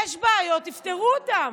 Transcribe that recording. יש בעיות, תפתרו אותן.